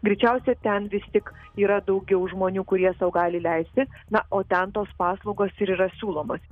greičiausia ten vis tik yra daugiau žmonių kurie sau gali leisti na o ten tos paslaugos ir yra siūlomos